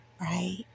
right